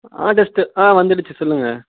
ஆ test ஆ வந்துடுச்சு சொல்லுங்கள்